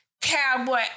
cowboy